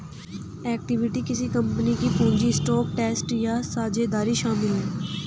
equity किसी company का पूंजी स्टॉक ट्रस्ट या साझेदारी शामिल है